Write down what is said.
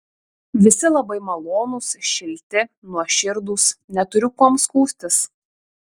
visi labai malonūs šilti nuoširdūs neturiu kuom skųstis